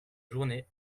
journée